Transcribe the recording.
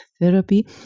therapy